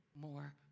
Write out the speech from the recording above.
more